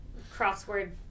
crossword